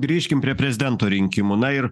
grįžkim prie prezidento rinkimų na ir